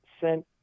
sent